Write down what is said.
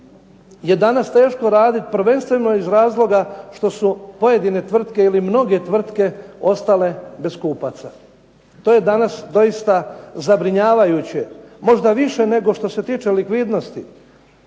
je danas teško raditi prvenstveno iz razloga što su pojedine tvrtke ili mnoge tvrtke ostale bez kupaca. To je danas doista zabrinjavajuće možda više nego što se tiče likvidnosti.